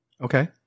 Okay